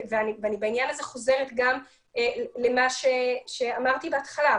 ואני בעניין הזה חוזרת גם למה שאמרתי בהתחלה.